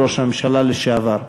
הוא ראש הממשלה לשעבר.